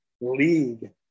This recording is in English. league